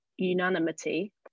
Unanimity